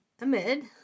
amid